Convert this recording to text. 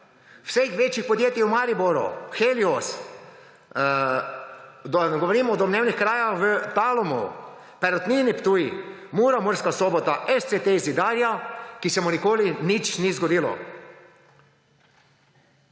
vseh večjih podjetij v Mariboru, Helios, da ne govorim o domnevnih krajah v Talumu, Perutnini Ptuj, Mura, Murska Sobota, o SCT Zidarju, ki se mu nikoli nič ni zgodilo.